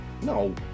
No